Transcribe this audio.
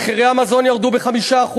מחירי המזון ירדו ב-5%,